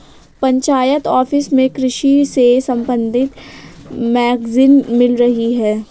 panchayat office में कृषि से संबंधित मैगजीन मिल रही है